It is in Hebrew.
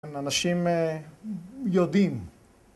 אנשים יודעים